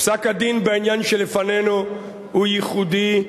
פסק-הדין בעניין שלפנינו הוא ייחודי,